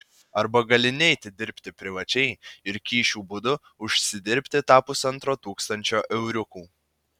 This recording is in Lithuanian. arba gali neiti dirbti privačiai ir kyšių būdu užsidirbti tą pusantro tūkstančio euriukų